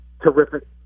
Terrific